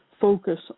focus